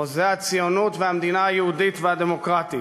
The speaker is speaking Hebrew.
חוזה הציונות והמדינה היהודית והדמוקרטית,